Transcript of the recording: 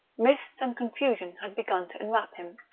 mists and confusion had begun to enwrap him.